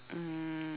um